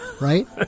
Right